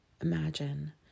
imagine